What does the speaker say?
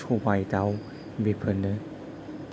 सबाइ दाउ बेफोरनो